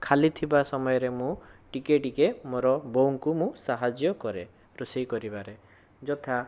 ଖାଲି ଥିବା ସମୟରେ ମୁଁ ଟିକିଏ ଟିକିଏ ମୋର ବୋଉଙ୍କୁ ମୁଁ ସାହାଯ୍ୟ କରେ ରୋଷେଇ କରିବାରେ ଯଥା